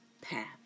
path